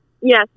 yes